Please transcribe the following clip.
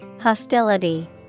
Hostility